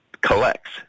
collects